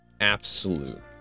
absolute